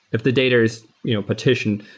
if the data is you know partitioned,